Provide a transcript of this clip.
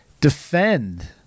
defend